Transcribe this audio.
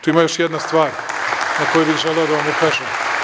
Tu ima još jedna stvar na koju bih želeo da vam ukažem.